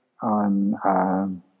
on